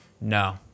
no